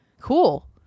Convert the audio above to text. Cool